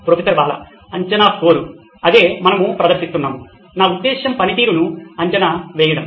professor Bala అంచనా score అదే మనము ప్రదర్శిస్తున్నాము నా ఉద్దేశ్యం పనితీరును అంచనా వేయడం